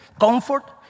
comfort